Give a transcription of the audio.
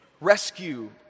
rescue